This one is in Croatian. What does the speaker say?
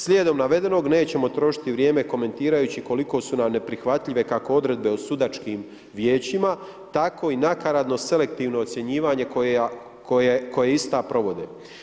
Slijedom navedenog, nećemo trošiti vrijeme komentirajući koliko su nam neprihvatljive kako odredbe o sudačkim vijećima, tako i nakaradno selektivno ocjenjivanje koja ista provode.